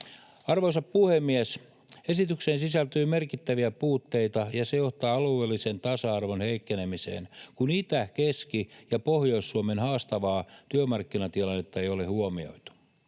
Arvoisa puhemies! Esitykseen sisältyy merkittäviä puutteita, ja se johtaa alueellisen tasa-arvon heikkenemiseen, kun Itä-, Keski- ja Pohjois-Suomen haastavaa työmarkkinatilannetta ei ole huomioitu.